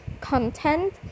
content